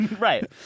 right